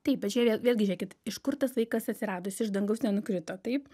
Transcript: taip bet čia vėlgi žėkit iš kur tas vaikas atsirado jis iš dangaus nenukrito taip